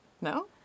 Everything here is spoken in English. No